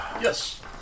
Yes